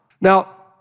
Now